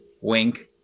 wink